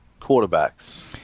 quarterbacks